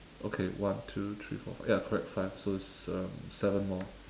okay one two three four five ya correct five so it's um seven more